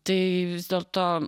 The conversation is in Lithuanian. tai vis dėlto